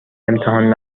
امتحان